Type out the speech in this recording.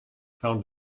found